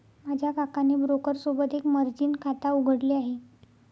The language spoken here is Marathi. माझ्या काकाने ब्रोकर सोबत एक मर्जीन खाता उघडले आहे